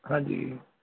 ਹਾਂਜੀ